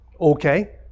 Okay